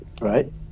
right